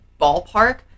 ballpark